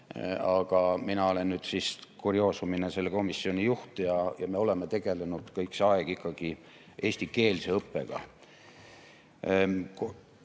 Aga mina olen kurioosumina selle komisjoni juht ja me oleme tegelenud kõik see aeg ikkagi eestikeelse õppega.